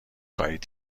خواهید